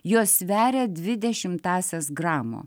jos sveria dvi dešimtąsias gramo